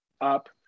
up